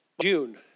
June